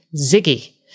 Ziggy